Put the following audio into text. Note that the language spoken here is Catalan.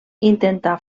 intentar